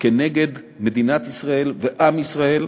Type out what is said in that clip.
כנגד מדינת ישראל ועם ישראל,